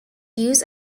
used